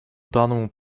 данному